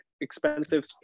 expensive